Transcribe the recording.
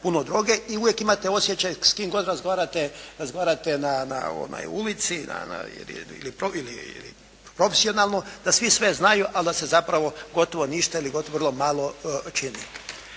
puno droge i uvijek imate osjećaj s kim god razgovarate na ulici ili profesionalno da svi sve znaju ali da se zapravo gotovo ništa ili vrlo malo čini.